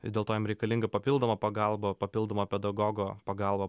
i dėl to jam reikalinga papildoma pagalba papildoma pedagogo pagalba